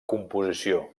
composició